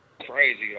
crazy